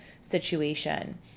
situation